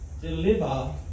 deliver